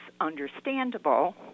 understandable